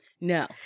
No